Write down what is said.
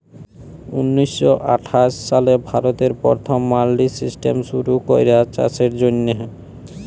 উনিশ শ আঠাশ সালে ভারতে পথম মাল্ডি সিস্টেম শুরু ক্যরা চাষের জ্যনহে